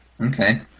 Okay